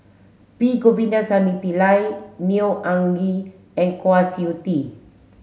P Govindasamy Pillai Neo Anngee and Kwa Siew Tee